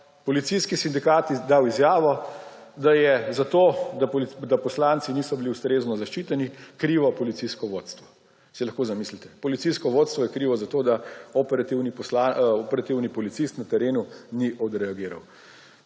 Policijski sindikat je dal izjavo, da je za to, da poslanci niso bili ustrezno zaščiteni, krivo policijsko vodstvo. Si lahko zamislite? Policijsko vodstvo je krivo za to, da operativni policist na terenu ni odreagiral.